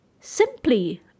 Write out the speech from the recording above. simply